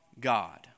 God